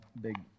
Big